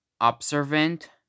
observant